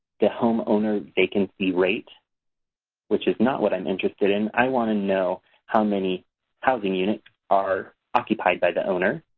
the homeowner vacancy rate which is not what am interested in. i want to know how many housing units are occupied by the owner.